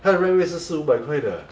它的 flat rate 是四五百块的